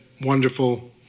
wonderful